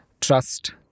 trust